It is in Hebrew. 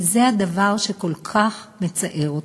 וזה הדבר שכל כך מצער אותי.